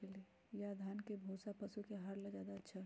या धान के भूसा पशु के आहार ला अच्छा होई?